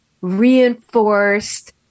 reinforced